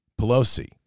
Pelosi